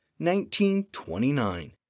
1929